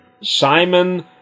Simon